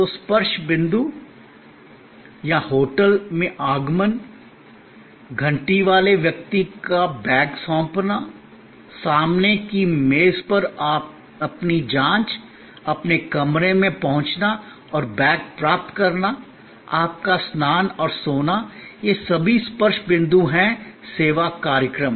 तो स्पर्श बिंदु या होटल में आगमन घंटी वाले व्यक्ति को बैग सौंपना सामने की मेज पर अपनी जाँच अपने कमरे में पहुँचना और बैग प्राप्त करना आपका स्नान और सोना ये सभी स्पर्श बिंदु हैं सेवा कार्यक्रम